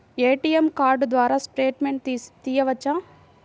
ATM card ద్వారా statement తీయవచ్చా?